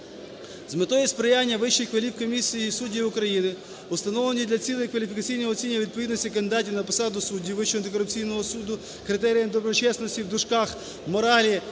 "З метою сприяння Вищій кваліфкомісії суддів України у встановленні для цілей кваліфікаційного оцінювання відповідності кандидатів на посади суддів Вищого антикорупційного суду критеріям доброчесності (моралі,